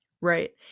Right